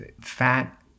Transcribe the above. fat